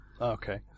Okay